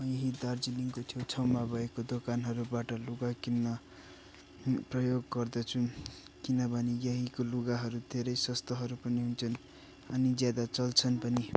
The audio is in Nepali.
म यहीँ दार्जिलिङको छेउछाउमा भएको दोकानहरूबाट लुगा किन्न प्रयोग गर्दछु किनभने यहीँको लुगाहरू धेरै सस्तोहरू पनि हुन्छन् अनि ज्यादा चल्छन् पनि